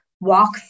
walk